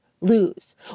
lose